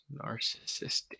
Narcissistic